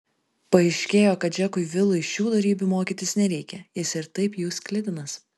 paaiškėjo kad džekui vilui šių dorybių mokytis nereikia jis ir taip jų sklidinas